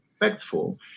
respectful